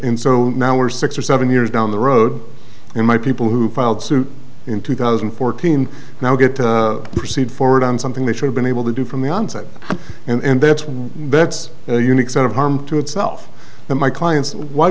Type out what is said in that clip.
in so now we're six or seven years down the road and my people who filed suit in two thousand and fourteen now get to proceed forward on something they should have been able to do from the onset and that's why that's the unique sort of harm to itself the my clients why